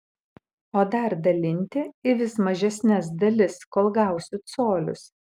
o dar dalinti į vis mažesnes dalis kol gausiu colius